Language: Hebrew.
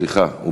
סליחה,